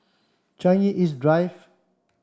Changi East Drive